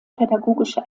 pädagogische